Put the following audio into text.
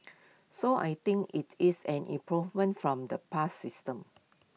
so I think IT is an improvement from the past system